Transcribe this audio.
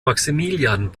maximilian